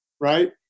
right